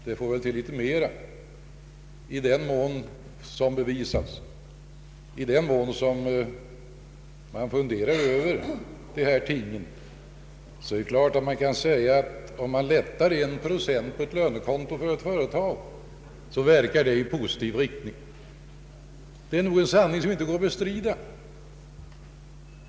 Det måste till litet mera som bevis. Det är klart att man kan säga att om ett företag får en procents lättnad på sitt lönekonto, så verkar det i positiv riktning. Det är en sanning som inte går att bestrida.